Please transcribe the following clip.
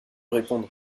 répondre